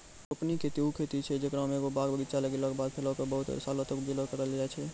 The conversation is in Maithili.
रोपनी खेती उ खेती छै जेकरा मे एगो बाग बगीचा लगैला के बाद फलो के बहुते सालो तक उपजा करलो जाय छै